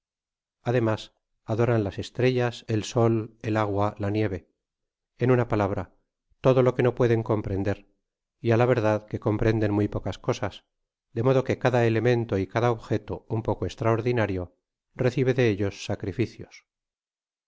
ademas adoran las estrellasi el sol el agua la nieve en una palabra todo lo que no pueden comprender y k la verdad que comprenden muy pocas cosas de modo que cada elemento y cada objeto ua poco estraordinario recibe de ellos sacrificios